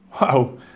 wow